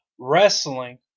wrestling